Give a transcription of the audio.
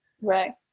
Right